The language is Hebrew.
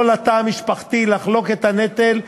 יכול התא המשפחתי לחלוק את הנטל,